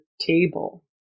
table